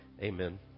Amen